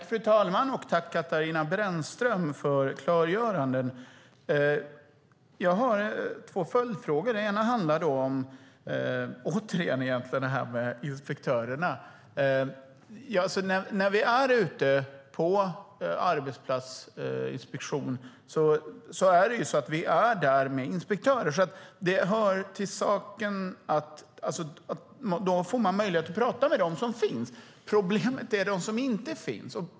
Fru talman! Jag tackar Katarina Brännström för hennes klargöranden. Jag har två följdfrågor. Den ena handlar återigen om inspektörerna. När vi är ute på arbetsplatsinspektioner är vi där med inspektörer. Det hör till saken att man då får möjlighet att tala med dem som finns. Problemet är de som inte finns.